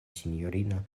sinjorino